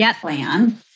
plan